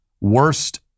worst